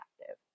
active